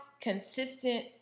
consistent